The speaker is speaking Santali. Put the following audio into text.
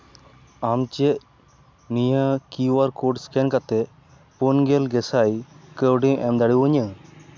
ᱟᱢ ᱪᱮᱫ ᱱᱤᱭᱟᱹ ᱠᱤᱭᱩ ᱟᱨ ᱠᱳᱰ ᱥᱠᱮᱱ ᱠᱟᱛᱮᱫ ᱯᱳᱱ ᱜᱮᱞ ᱜᱮᱥᱟᱭ ᱠᱟᱹᱣᱰᱤᱢ ᱮᱢ ᱫᱟᱲᱮᱭᱟᱹᱧᱟᱹ